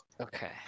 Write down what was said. okay